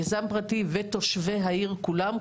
ליזם פרטי ולתושבי העיר כולם,